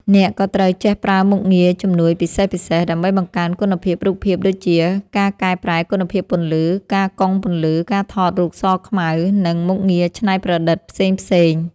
អ្នកក៏ត្រូវចេះប្រើមុខងារជំនួយពិសេសៗ ដើម្បីបង្កើនគុណភាពរូបភាពដូចជា ការកែប្រែគុណភាពពន្លឺ ការកុងពន្លឺ ការថតរូបស-ខ្មៅ និង មុខងារច្នៃប្រតិដ្ឋផ្សេងៗ។